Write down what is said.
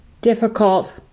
difficult